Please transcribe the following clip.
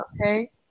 Okay